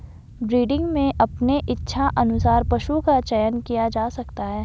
breeding में अपने इच्छा अनुसार पशु का चयन किया जा सकता है